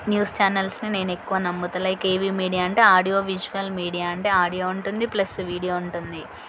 news ఛానల్స్ని నేను ఎక్కువ నమ్ముతా లైక్ ఏవీ మీడియా అంటే ఆడియో విజువల్ మీడియా అంటే ఆడియో ఉంటుంది ప్లస్ వీడియో ఉంటుంది